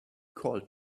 called